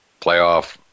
playoff